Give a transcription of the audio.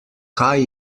kaj